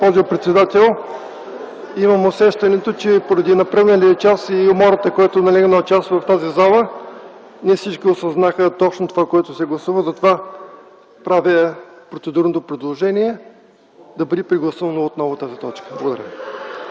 Госпожо председател, имам усещането, че поради напредналия час и умората, която налегна част от тази зала, не всички осъзнаха това, което се гласува. Затова правя процедурното предложение да бъде прегласувана отново тази точка. Благодаря